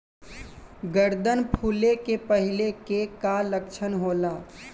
गर्दन फुले के पहिले के का लक्षण होला?